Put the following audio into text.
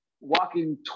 walking